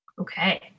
okay